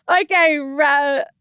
Okay